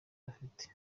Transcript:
bafite